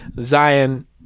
Zion